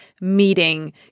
meeting